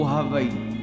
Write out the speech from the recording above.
Hawaii